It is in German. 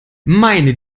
meine